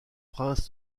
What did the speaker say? princes